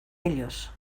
ellos